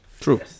True